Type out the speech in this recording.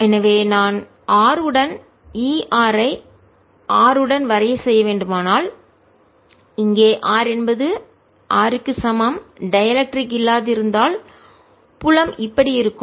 எனவே நான் R உடன் E r ஐ r உடன் வரைய செய்ய வேண்டுமானால் இங்கே r என்பது r க்கு சமம் டைஎலெக்ட்ரிக் இல்லாதிருந்தால் புலம் இப்படி போயிருக்கும்